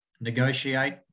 negotiate